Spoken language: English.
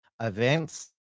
events